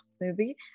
movie